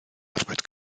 arbed